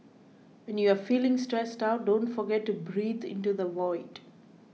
when you are feeling stressed out don't forget to breathe into the void